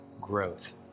growth